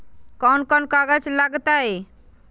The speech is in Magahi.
कौन कौन कागज लग तय?